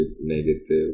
negative